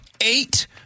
Eight